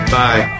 bye